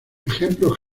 ejemplos